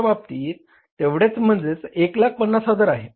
च्या बाबतीत तेवढेच म्हणजे 150000 आहे